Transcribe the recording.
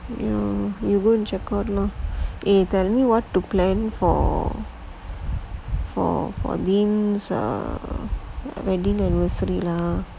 you go and checkout lor eh tell me what to plan for for wedding anniversary lah